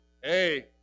Hey